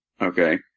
Okay